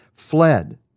fled